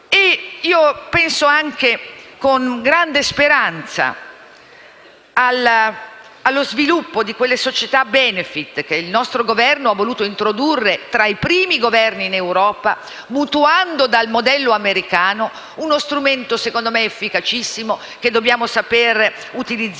Penso anche con grande speranza allo sviluppo delle società *benefit* che il nostro Governo ha voluto introdurre, tra i primi in Europa, mutuandole dal modello americano: uno strumento efficacissimo che dobbiamo saper utilizzare.